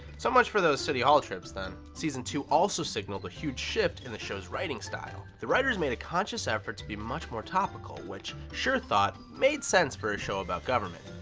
so much for those city hall trips, then. season two also signaled a huge shift in the show's writing style. the writers made a conscious effort to be much more topical which schur thought made sense for a show about government.